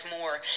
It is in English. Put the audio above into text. more